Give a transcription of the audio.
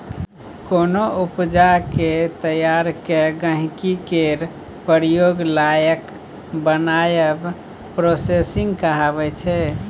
कोनो उपजा केँ तैयार कए गहिंकी केर प्रयोग लाएक बनाएब प्रोसेसिंग कहाबै छै